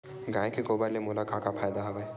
गाय के गोबर ले मोला का का फ़ायदा हवय?